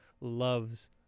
loves